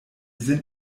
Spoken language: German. sind